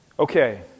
Okay